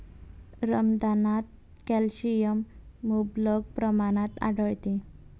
रमदानात कॅल्शियम मुबलक प्रमाणात आढळते